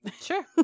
Sure